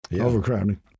Overcrowding